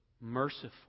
merciful